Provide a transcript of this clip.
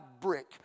brick